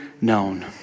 known